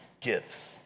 gives